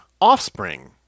offspring